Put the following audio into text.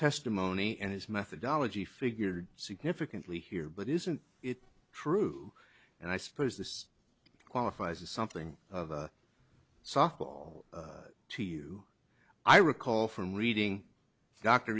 testimony and his methodology figured significantly here but isn't it true and i suppose this qualifies as something of a softball to you i recall from reading dr